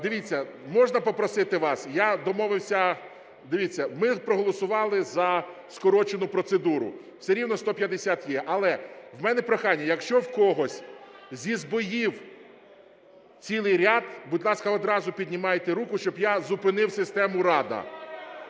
Дивіться, можна попросити вас, я домовився, дивіться, ми проголосували за скорочену процедуру, все рівно 150 є. Але в мене прохання, якщо в когось зізбоїв цілий ряд, будь ласка, одразу піднімайте руку, щоб я зупинив систему "Рада".